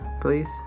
please